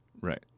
Right